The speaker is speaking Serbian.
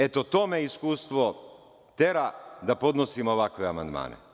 Eto, to me iskustvo tera da podnosim ovakve amandmane.